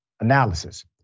analysis